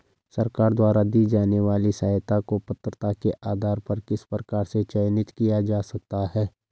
सरकार द्वारा दी जाने वाली सहायता को पात्रता के आधार पर किस प्रकार से चयनित किया जा सकता है?